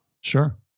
Sure